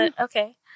okay